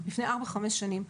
לפני ארבע חמש שנים.